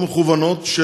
לא מכוונות,